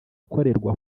akorerwa